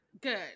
good